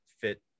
fit